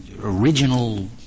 original